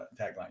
tagline